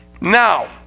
Now